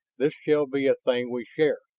this shall be a thing we share.